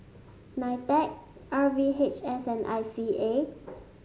Nitec R V H S and I C A